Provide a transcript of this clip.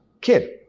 kid